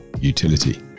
utility